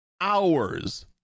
hours